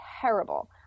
terrible